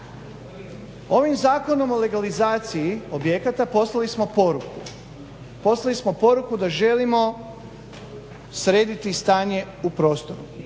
Ovim Zakonom o legalizaciji objekata poslali smo poruku da želimo srediti stanje u prostoru,